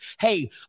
hey